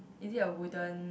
is it a wooden